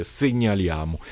segnaliamo